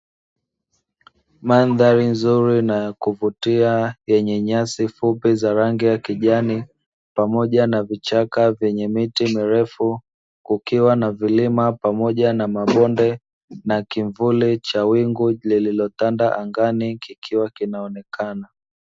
Mandhari nzuri na yenye kuvutia yenye nyasi fupi yenye rangi ya kijani, pamoja na vichaka vyenye miti milefu, kukiwa na vilima pamoja na mabonde na kimvuli cha wingu lililo tanda angani kikiwa kinaoneka.